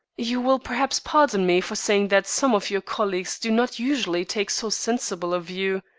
you will perhaps pardon me for saying that some of your colleagues do not usually take so sensible a view.